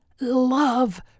love